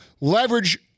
leverage